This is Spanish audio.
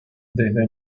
desde